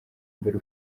mbere